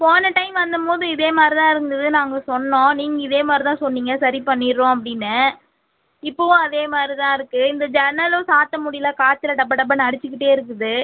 போன டைம் வந்தம்போது இதேமாதிரி தான் இருந்துது நாங்கள் சொன்னோம் நீங்கள் இதே மாதிரிதான் சொன்னிங்க சரி பண்ணிடுறோம் அப்படின்னு இப்போவும் அதேமாதிரி தான் இருக்கு இந்த ஜன்னலும் சாத்த முடியல காற்றுல டப டபன்னு அடிச்சிக்கிட்டே இருக்குது